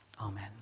Amen